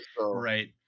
right